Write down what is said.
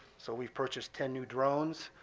so we've purchased ten new drones.